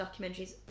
documentaries